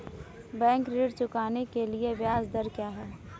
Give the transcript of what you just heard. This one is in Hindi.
बैंक ऋण चुकाने के लिए ब्याज दर क्या है?